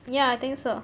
ya I think so